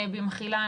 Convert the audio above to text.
במחילה,